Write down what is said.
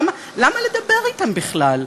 למה, למה לדבר אתם בכלל?